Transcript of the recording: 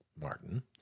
Martin